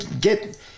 get